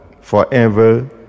forever